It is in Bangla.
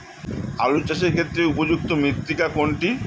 আলু চাষের ক্ষেত্রে উপযুক্ত মৃত্তিকা কোনটি?